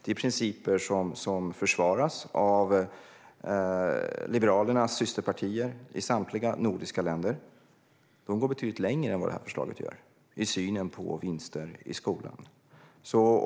Det är principer som försvaras av Liberalernas systerpartier i samtliga nordiska länder. De går betydligt längre än vad det här förslaget gör i synen på vinster i skolan.